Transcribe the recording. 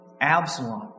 Absalom